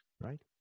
right